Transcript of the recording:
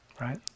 right